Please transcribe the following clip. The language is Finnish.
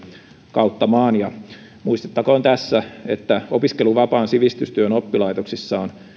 kautta maan muistettakoon tässä että opiskelu vapaan sivistystyön oppilaitoksissa on